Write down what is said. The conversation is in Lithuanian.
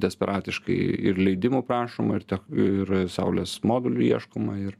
desperatiškai ir leidimų prašoma ir tiek ir saulės modulių ieškoma ir